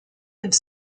have